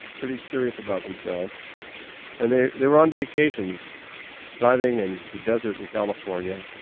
pretty serious about themselves and they're they're on vacation driving in the desert in california,